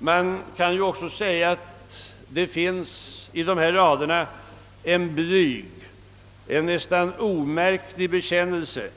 Man kan också säga att det i dessa rader finns en blyg, en nästan omärklig bekännelse